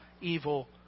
evil